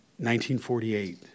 1948